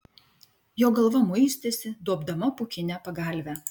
jo galva muistėsi duobdama pūkinę pagalvę